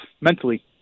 mentally